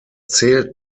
zählt